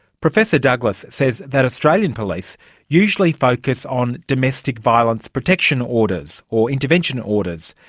professor douglas says that australian police usually focus on domestic violence protection orders or intervention orders.